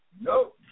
No